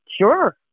sure